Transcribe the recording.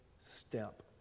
step